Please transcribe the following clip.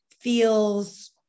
feels